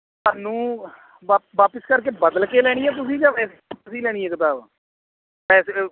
ਤੁਹਾਨੂੰ ਵਾ ਵਾਪਸ ਕਰਕੇ ਬਦਲ ਕੇ ਲੈਣੀ ਹੈ ਤੁਸੀਂ ਜਾ ਤੁਸੀਂ ਲੈਣੀ ਹੈ ਕਿਤਾਬ ਪੈਸੇ